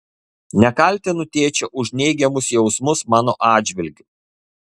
nekaltinu tėčio už neigiamus jausmus mano atžvilgiu